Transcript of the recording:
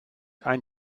ein